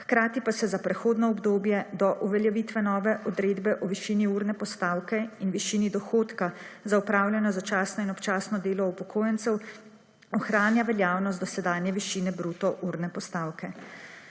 hkrati pa se za prehodno obdobje do uveljavitve nove odredbe o višini urne postavke in višini dohodka za opravljeno začasno in občasno delo upokojencev ohranja veljavnost dosedanje višine bruto urne postavke.